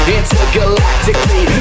Intergalactically